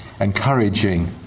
encouraging